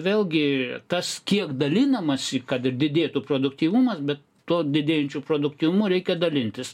vėlgi tas kiek dalinamas į kad ir didėtų produktyvumas bet to didėjančiu produktyvumu reikia dalintis